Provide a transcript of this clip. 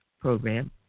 program